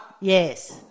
Yes